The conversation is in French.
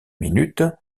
minutes